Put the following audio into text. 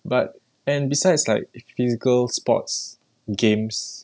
but and besides like physical sports games